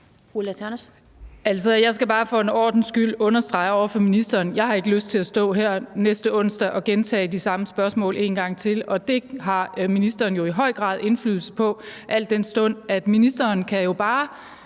Jeg skal bare for en ordens skyld understrege over for ministeren, at jeg ikke har lyst til at stå her næste onsdag og gentage de samme spørgsmål en gang til, og det har ministeren jo i høj grad indflydelse på,